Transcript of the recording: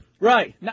Right